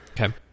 Okay